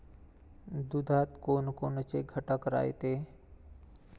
दुधात कोनकोनचे घटक रायते?